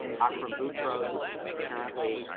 opera boutros apparently